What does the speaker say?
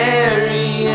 Mary